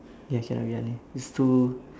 ya cannot denaiyi it's too